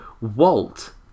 Walt